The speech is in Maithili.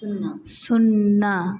शुन्ना